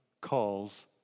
calls